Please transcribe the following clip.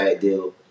deal